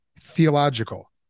theological